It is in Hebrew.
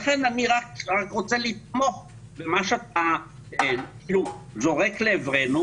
לכן אני רק רוצה לתמוך במה שאתה זורק לעברנו,